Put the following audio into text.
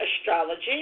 astrology